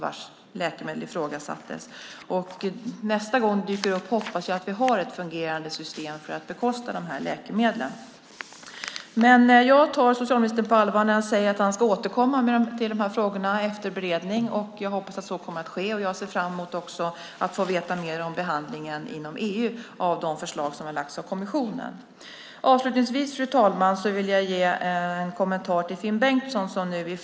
Nästa gång något sådant dyker upp hoppas jag att vi har ett fungerande system för att bekosta läkemedlen. Jag tar socialministern på allvar när han säger att han ska återkomma till frågorna efter beredning. Jag hoppas att så ska ske, och jag ser fram emot att få veta mer om behandlingen inom EU av de förslag som har lagts fram av kommissionen. Fru talman! Jag vill avslutningsvis ge en kommentar till Finn Bengtsson.